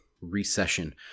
recession